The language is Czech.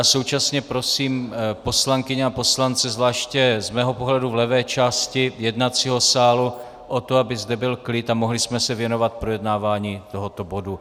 Současně prosím poslankyně a poslance, zvláště z mého pohledu v levé části jednacího sálu o to, aby zde byl klid a mohli jsme se věnovat projednávání tohoto bodu.